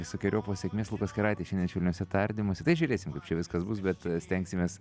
visokeriopos sekmės lukas keraitis šiandien švelniuose tardymuose tai žiūrėsim kaip čia viskas bus bet stengsimės